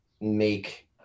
make